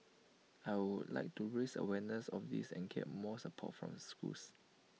I would like to raise awareness of this and get more support from the schools